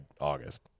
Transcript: August